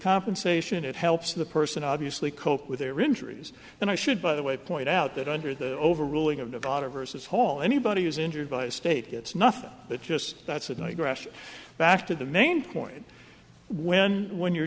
compensation it helps the person obviously cope with their injuries and i should by the way point out that under the overruling of nevada vs whole anybody who's injured by a state gets nothing but just that's an aggression back to the main point when when you're